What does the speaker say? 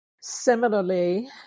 Similarly